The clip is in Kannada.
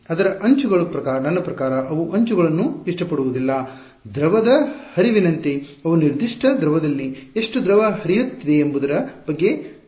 ಅದರ ಅಂಚು ಗಳು ನನ್ನ ಪ್ರಕಾರ ಅವು ಅಂಚುಗಳನ್ನು ಇಷ್ಟಪಡುವುದಿಲ್ಲ ದ್ರವದ ಹರಿವಿನಂತೆ ಅವು ನಿರ್ದಿಷ್ಟ ದ್ರವದಲ್ಲಿ ಎಷ್ಟು ದ್ರವ ಹರಿಯುತ್ತಿದೆ ಎಂಬುದರ ಬಗ್ಗೆ ಕಾಳಜಿ ವಹಿಸು ತ್ತವೆ